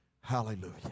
Hallelujah